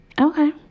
Okay